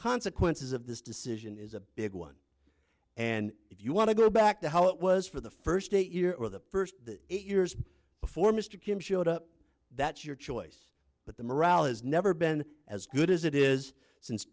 consequences of this decision is a big one and if you want to go back to how it was for the first year or the first eight years before mr kim showed up that's your choice but the morale is never been as good as it is since